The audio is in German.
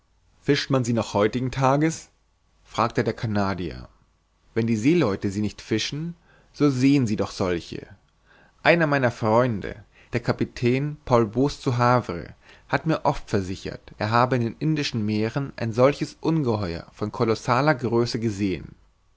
fischt man sie noch heutiges tages fragte der canadier wenn die seeleute sie nicht fischen so sehen sie doch solche einer meiner freunde der kapitän paul bos zu havre hat mir oft versichert er habe in den indischen meeren ein solches ungeheuer von kolossaler größe gesehen